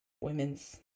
women's